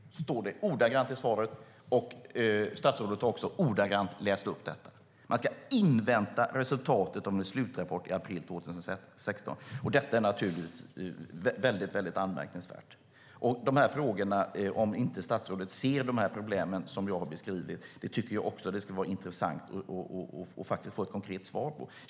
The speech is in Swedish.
Så står det ordagrant i svaret, och statsrådet har ordagrant läst upp det. Man ska invänta resultatet av en slutrapport i april 2016, och det är naturligtvis väldigt anmärkningsvärt. Ser statsrådet inte de problem som jag har beskrivit? Det skulle det vara intressant att få ett konkret svar på.